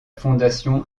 fondation